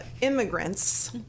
immigrants